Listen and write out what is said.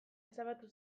ezabatu